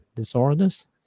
Disorders